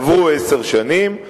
עברו עשר שנים,